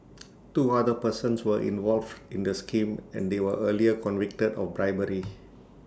two other persons were involved in the scheme and they were earlier convicted of bribery